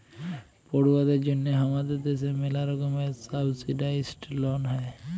পড়ুয়াদের জন্যহে হামাদের দ্যাশে ম্যালা রকমের সাবসিডাইসদ লন হ্যয়